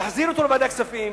תחזירו אותו לוועדת הכספים,